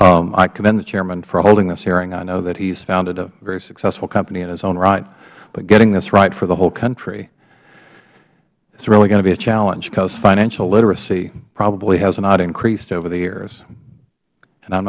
so i commend the chairman for holding this hearing i know that he's founded a very successful company in his own right but getting this right for the whole country is really going to be a challenge because financial literacy probably has not increased over the years and i